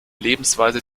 lebensweise